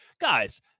guys